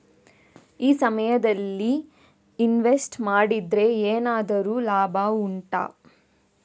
ಈ ಸಮಯದಲ್ಲಿ ಇನ್ವೆಸ್ಟ್ ಮಾಡಿದರೆ ಏನಾದರೂ ಲಾಭ ಉಂಟಾ